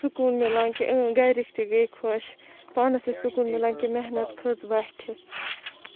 سکوٗن مِلان کہ گَرِکۍ تہِ گٔے خۄش پانَس چھُ سکوٗن مِلان کہِ محنَت کھٔژ بَٹھِ